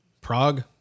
Prague